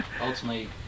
ultimately